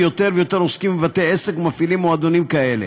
ויותר ויותר עוסקים ובתי-עסק מפעילים מועדונים כאלה.